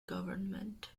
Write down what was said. government